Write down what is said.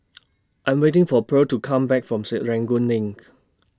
I Am waiting For Pearle to Come Back from Serangoon LINK